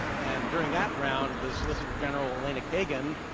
and during that round, the solicitor general, elena kagan,